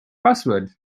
password